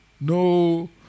No